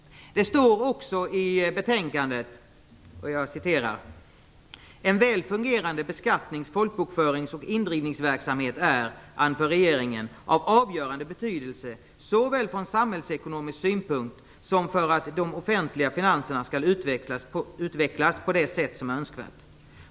Det står också i betänkandet: "En väl fungerande beskattnings-, folkbokföringsoch indrivningsverksamhet är, anför regeringen, av avgörande betydelse såväl från samhällsekonomisk synpunkt som för att de offentliga finanserna skall utvecklas på det sätt som är önskvärt.